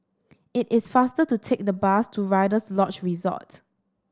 it is faster to take the bus to Rider's Lodge Resort